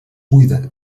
buida